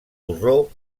borró